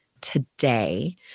today